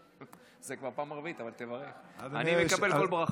זאת כבר פעם רביעית, אבל תברך, אני מקבל כל ברכה.